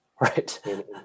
Right